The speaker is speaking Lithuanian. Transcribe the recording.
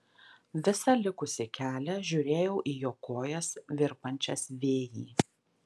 visą likusį kelią žiūrėjau į jo kojas virpančias vėjy